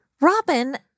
Robin